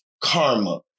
karma